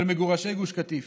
של מגורשי גוש קטיף.